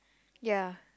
ya